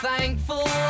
Thankful